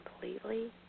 completely